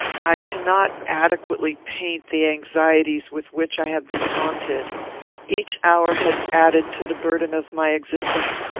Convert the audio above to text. i cannot adequately paint the anxieties with which i have been haunted each hour has added to the burden of my existence,